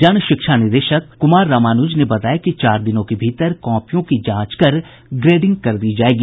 जन शिक्षा निदेशक कुमार रामानुज ने बताया कि चार दिनों के भीतर कॉपियों की जांच कर ग्रेडिंग कर दी जायेगी